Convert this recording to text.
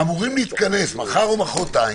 אמורים להתכנס, מחר או מוחרתיים,